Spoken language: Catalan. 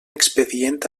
expedient